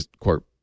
court